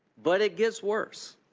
but it gets worse.